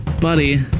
buddy